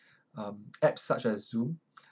um apps such as zoom